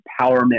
empowerment